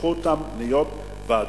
הפכו אותן להיות ועדות,